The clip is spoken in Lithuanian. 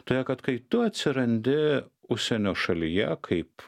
todėl kad kai tu atsirandi užsienio šalyje kaip